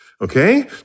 Okay